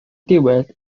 diwedd